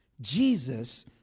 Jesus